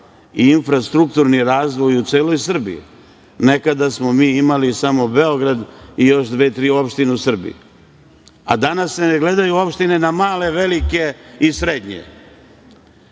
i infrastrukturni razvoj u celoj Srbiji. Nekada smo mi imali samo Beograd i još dve, tri opštine u Srbiji, a danas se ne gledaju opštine na male, velike i srednje